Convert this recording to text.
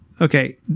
okay